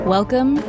Welcome